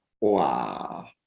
Wow